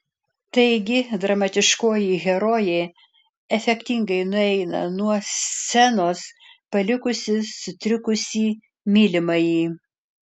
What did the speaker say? taigi dramatiškoji herojė efektingai nueina nuo scenos palikusi sutrikusį mylimąjį